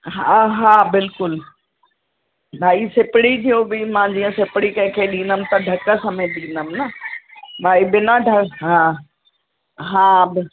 हा हा बिल्कुलु भाई सिपरी थियो बि मां जीअं सिपरी कंहिं खे ॾींदमि त ढक समेत ॾींदमि न भाई बिना ढ हा ह ब